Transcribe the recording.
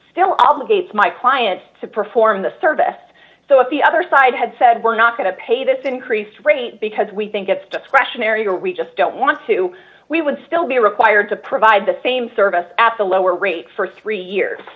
still obligates my client to perform the service so if the other side had said we're not going to pay this increased rate because we think it's discretionary or we just don't want to we would still be required to provide the same service at the lower rate for three years